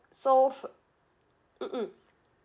so for mmhmm